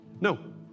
No